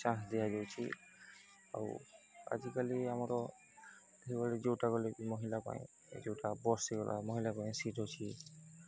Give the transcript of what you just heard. chance ଦିଆଯାଉଛି ଆଉ ଆଜିକାଲି ଆମର ଏହିଭଳି ଯୋଉଥିରେ ଗଲେ ବି ମହିଳା ପାଇଁ ଯୋଉଟା ବସ୍ ହୋଇଗଲା ମହିଳା ପାଇଁ ସିଟ୍ ଅଛି